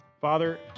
Father